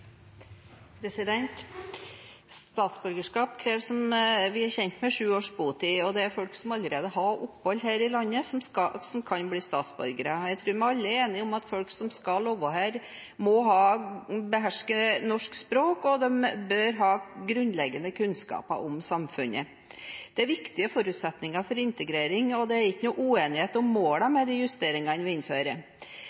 kjent med, sju års botid. Det er folk som allerede har fått opphold her i landet, som kan bli statsborgere. Jeg tror vi alle er enige om at folk som skal leve her, må beherske norsk, og de bør ha grunnleggende kunnskaper om samfunnet. Dette er viktige forutsetninger for integrering, og det er ikke noen uenighet om målene med de justeringene vi innfører.